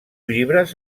llibres